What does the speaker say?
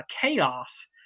chaos